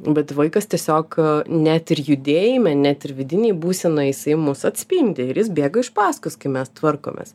bet vaikas tiesiog net ir judėjime net ir vidinėj būsenoj jisai mus atspindi ir jis bėga iš paskos kai mes tvarkomės